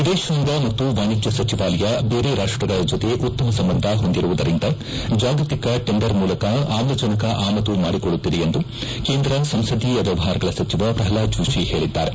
ವಿದೇಶಾಂಗ ಮತ್ತು ವಾಣಿಜ್ಞ ಸಚಿವಾಲಯ ಬೇರೆ ರಾಷ್ಷಗಳ ಜೊತೆ ಉತ್ತಮ ಸಂಬಂಧ ಹೊಂದಿರುವದರಿಂದ ಮತ್ತು ಜಾಗತೀಕ ಟೆಂಡರ್ ಮೂಲಕ ಆಮ್ಲಜನಕ ಆಮದು ಮಾಡಿಕೊಳ್ಳುತ್ತಿದೆ ಎಂದು ಕೇಂದ್ರ ಸಂಸದೀಯ ವ್ಲವಹಾರಗಳ ಸಚಿವ ಪ್ರಲ್ನಾದ ಜೋಶಿ ಹೇಳಿದ್ದಾರೆ